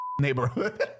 neighborhood